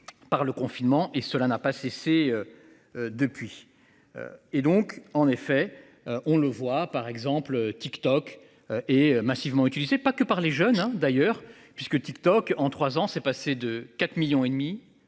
Par le confinement et cela n'a pas cessé. Depuis. Et donc en effet, on le voit par exemple. TikTok est massivement utilisé pas que par les jeunes hein d'ailleurs puisque TikTok en trois ans s'est passé de 4 millions